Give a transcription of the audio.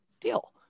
deal